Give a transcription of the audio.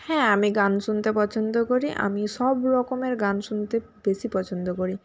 হ্যাঁ আমি গান শুনতে পছন্দ করি আমি সব রকমের গান শুনতে বেশি পছন্দ করি